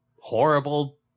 horrible